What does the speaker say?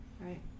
Right